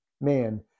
man